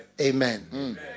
Amen